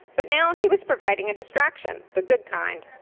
but now he was providing a distraction, the good kind.